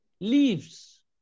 leaves